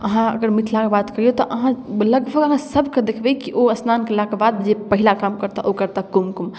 हँ अगर मिथिलामे बात करिऔ तऽ अहाँ लगभग अहाँ सबके देखबै ओ अस्नान कएलाके बाद जे पहिला काम जे करताह ओ करताह कुमकुम